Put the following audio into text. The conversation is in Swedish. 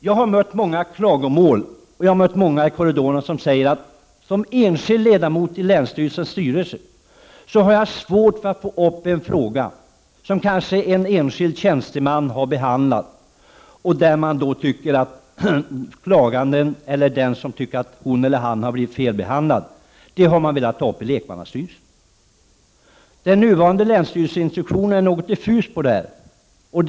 Jag har stött på många klagomål och mött många i korridorerna som sagt att de som enskilda ledamöter i länsstyrelsens styrelse har haft svårt att få upp en fråga som en enskild tjänsteman har behandlat. Man har velat ta upp sådana fall där den klagande tycker att hon eller han har blivit felbehandlad i lekmannastyrelsen. Den nuvarande länsstyrelseinstruktionen är något diffus på den punkten.